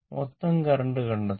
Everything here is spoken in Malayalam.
മൊത്തം കറന്റ് കണ്ടെത്തണം